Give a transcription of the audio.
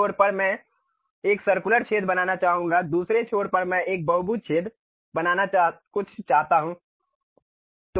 एक छोर पर मैं एक सर्कुलर छेद बनाना चाहूंगा दूसरे छोर पर मैं एक बहुभुज छेद जैसा कुछ बनाना चाहूंगा